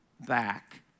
back